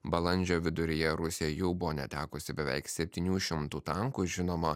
balandžio viduryje rusija jau buvo netekusi beveik septynių šimtų tankų žinoma